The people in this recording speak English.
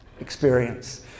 experience